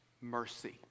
mercy